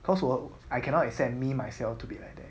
cause 我 I cannot accept me myself to be like that